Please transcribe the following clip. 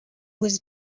was